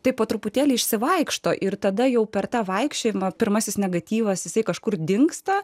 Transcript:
tik po truputėlį išsivaikšto ir tada jau per tą vaikščiojimą pirmasis negatyvas jisai kažkur dingsta